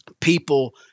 people